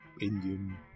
Indian